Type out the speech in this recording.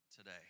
Today